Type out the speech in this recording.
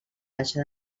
baixa